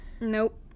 Nope